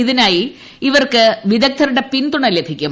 ഇതിനായി ഇവർക്ക് വിദഗ്ധരുടെ പിന്തുണ ലഭ്യമാക്കും